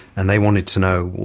and they wanted to know, well,